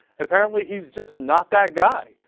apparently he's just not that guy.